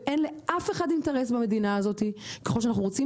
ואין לאף אחד אינטרס במדינה הזאת ככל שאנחנו רוצים